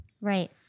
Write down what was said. Right